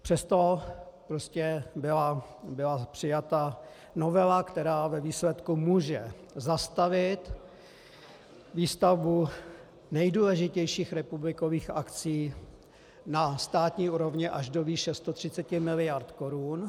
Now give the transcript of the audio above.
Přesto byla přijata novela, která ve výsledku může zastavit výstavbu nejdůležitějších republikových akcí na státní úrovni až do výše 130 mld. korun.